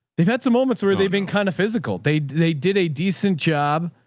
they've had some moments where they've been kind of physical. they they did a decent job.